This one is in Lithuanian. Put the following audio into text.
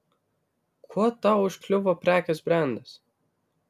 kuo tau užkliuvo prekės brendas